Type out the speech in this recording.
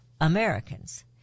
Americans